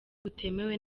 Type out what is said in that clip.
butemewe